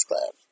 Club